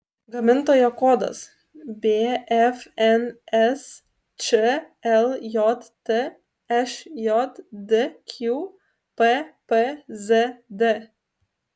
gamintojo kodas bfns čljt šjdq ppzd